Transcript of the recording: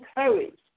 encouraged